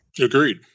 Agreed